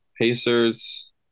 Pacers